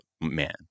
man